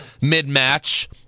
mid-match